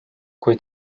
kui